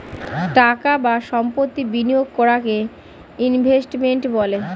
টাকা বা সম্পত্তি বিনিয়োগ করাকে ইনভেস্টমেন্ট বলে